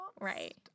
Right